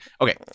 okay